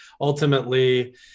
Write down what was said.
ultimately